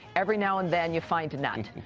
every now and then you find a nut,